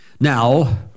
Now